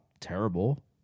terrible